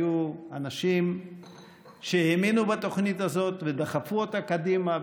היו אנשים שהאמינו בתוכנית הזאת ודחפו אותה קדימה,